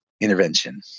intervention